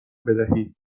بدهید